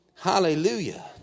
Hallelujah